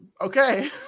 Okay